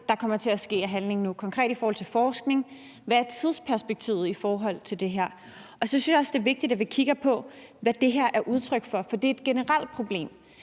se frem til, der sker af handling nu i forhold til forskning, og hvad er tidsperspektivet i forhold til det her? Så synes jeg også, det er vigtigt, at vi kigger på, hvad det her er udtryk for, for det er et generelt problem.